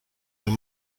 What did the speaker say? were